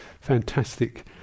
fantastic